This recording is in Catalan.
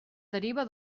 deriva